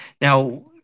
Now